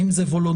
האם זה וולונטרי,